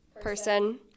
person